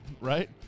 right